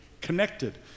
connected